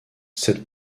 cette